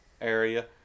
area